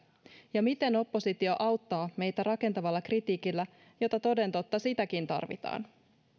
ja miten oppositio auttaa meitä rakentavalla kritiikillä jota toden totta sitäkin tarvitaan